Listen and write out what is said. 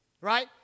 right